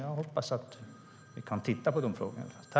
Jag hoppas att vi kan se över de frågorna.